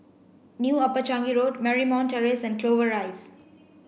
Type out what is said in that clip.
New Upper Changi Road Marymount Terrace and Clover Rise